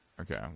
okay